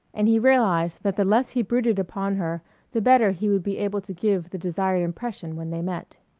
and he realized that the less he brooded upon her the better he would be able to give the desired impression when they met.